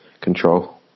control